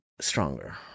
stronger